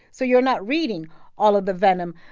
so you're not reading all of the venom.